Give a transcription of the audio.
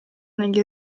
negli